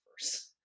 first